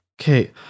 Okay